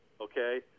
Okay